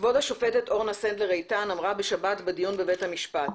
כבוד השופטת אורנה סנדלר איתן אמרה בשבת בדיון בבית המשפט: